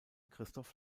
christoph